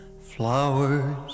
flowers